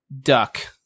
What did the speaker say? duck